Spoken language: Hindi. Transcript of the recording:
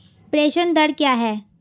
प्रेषण दर क्या है?